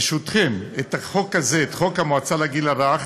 ברשותכם, את החוק הזה, חוק המועצה לגיל הרך,